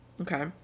Okay